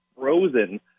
frozen